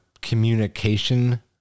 communication